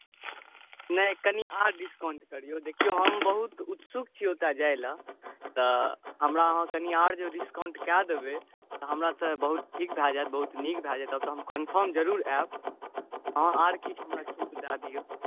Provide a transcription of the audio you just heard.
नहि कनि आर डिस्काउन्ट करियौ देखियौ हम बहुत उत्सुक छी ओतऽ जाय लए तऽ हमरा अहाँ कनि आओर जे डिस्काउन्ट कऽ देबै तऽ हमरा तऽ बहुत ठीक भऽ जायत बहुत नीक भऽ जायत तहन तऽ हम कन्फर्म जरुर आयब अहाँ आर किछु हमरा छुट दऽ दियौ